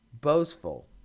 boastful